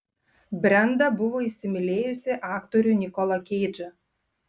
brenda buvo įsimylėjusi aktorių nikolą keidžą